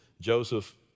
Joseph